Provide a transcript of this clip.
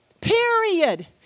period